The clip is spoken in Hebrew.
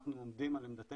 אנחנו עומדים על עמדתנו,